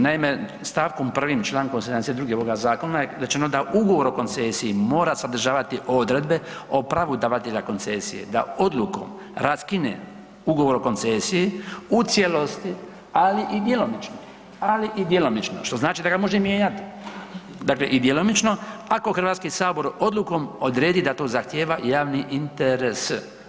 Naime, stavkom 1. Člankom 72. ovoga zakona je rečeno da ugovor o koncesiji mora sadržavati odredbe o pravu davatelja koncesije da odlukom raskine ugovor o koncesiji u cijelosti, ali i djelomično, ali i djelomično što znači da ga može mijenjati, dakle i djelomično ako Hrvatski sabor odlukom odredi da to zahtijeva i javni interes.